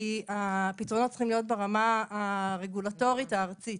כי הפתרונות צריכים להיות ברמה הרגולטורית הארצית.